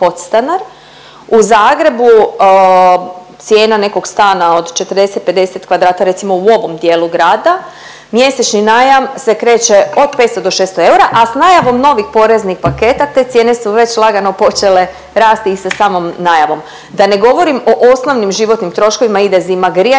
u Zagrebu cijena nekog stana od 40, 50 kvadrata recimo u ovom dijelu grada mjesečni najam se kreće od 500 do 600 eura, a s najavom novih poreznih paketa te cijene su već lagano počele rasti i sa samom najavom. Da ne govorim o osnovnim životnim troškovima ide zima, grijanje,